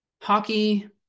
hockey